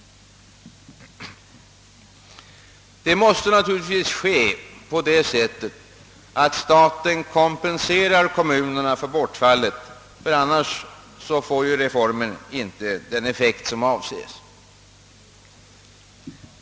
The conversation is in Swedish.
Detta måste naturligtvis ske på det sättet att staten kompense rar kommunerna för bortfallet, ty annars får reformen inte den effekt som avses.